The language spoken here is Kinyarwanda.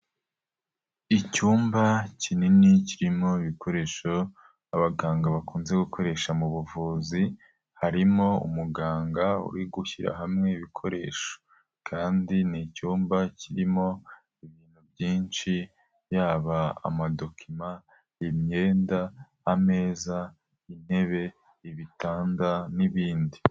Icyumba kinini kirimo ibikoresho, abaganga bakunze gukoresha mu buvuzi, harimo umuganga uri gushyira hamwe ibikoresho kandi ni icyumba kirimo ibintu byinshi, yaba amadokima, imyenda, ameza, intebe, ibitanda n'ibindi.